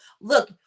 look